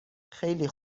خیلی